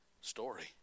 story